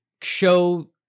show